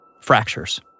Fractures